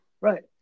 Right